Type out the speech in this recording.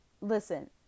Listen